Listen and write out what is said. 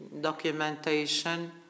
documentation